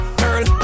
girl